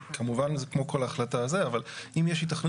כמובן זה כמו כל החלטה אבל אם יש היתכנות